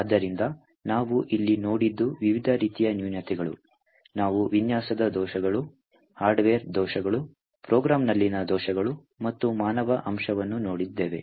ಆದ್ದರಿಂದ ನಾವು ಇಲ್ಲಿ ನೋಡಿದ್ದು ವಿವಿಧ ರೀತಿಯ ನ್ಯೂನತೆಗಳು ನಾವು ವಿನ್ಯಾಸದ ದೋಷಗಳು ಹಾರ್ಡ್ವೇರ್ ದೋಷಗಳು ಪ್ರೋಗ್ರಾಂನಲ್ಲಿನ ದೋಷಗಳು ಮತ್ತು ಮಾನವ ಅಂಶವನ್ನು ನೋಡಿದ್ದೇವೆ